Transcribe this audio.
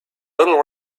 little